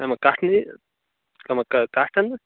یِمن کٹھنٕے یِمن یِمن کَٹھن